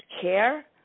care